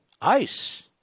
ICE